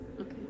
Okay